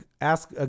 ask